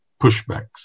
pushbacks